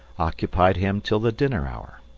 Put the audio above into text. occupied him till the dinner hour.